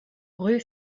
rue